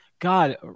god